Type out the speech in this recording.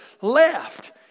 left